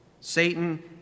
Satan